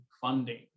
funding